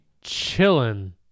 chilling